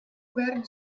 بارد